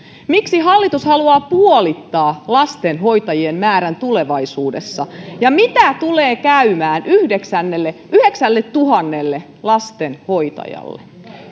miksi hallitus haluaa puolittaa lastenhoitajien määrän tulevaisuudessa ja miten tulee käymään yhdeksälletuhannelle lastenhoitajalle